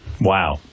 wow